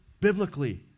biblically